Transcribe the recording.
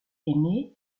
émet